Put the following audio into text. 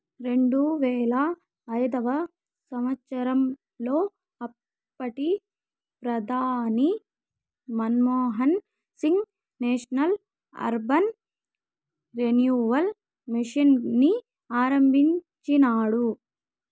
రెండువేల ఐదవ సంవచ్చరంలో అప్పటి ప్రధాని Manmohan Singh national urban renewal mission ని ఆరంభించినాడు